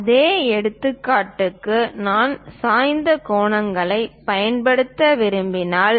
அதே எடுத்துக்காட்டுக்கு நான் சாய்ந்த கோணங்களைப் பயன்படுத்த விரும்பினால்